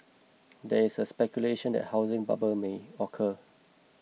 there is speculation and a housing bubble may occur